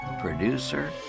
producer